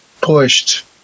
pushed